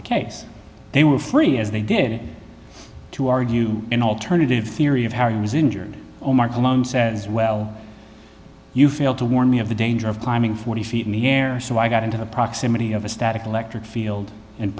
the case they were free as they did to argue an alternative theory of how he was injured omar cologne said as well you failed to warn me of the danger of climbing forty feet in the air so i got into the proximity of a static electric field and